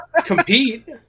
compete